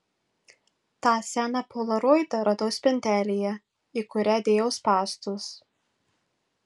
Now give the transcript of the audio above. tą seną polaroidą radau spintelėje į kurią dėjau spąstus